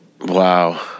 Wow